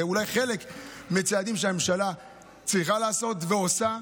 זה אולי חלק מצעדים שהממשלה צריכה לעשות, ועושה,